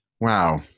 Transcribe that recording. Wow